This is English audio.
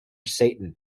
satan